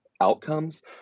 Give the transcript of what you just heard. outcomes